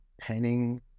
painting